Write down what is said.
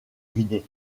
guinée